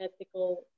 ethical